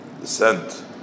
descent